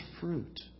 fruit